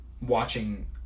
watching